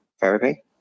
therapy